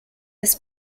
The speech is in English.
this